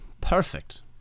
perfect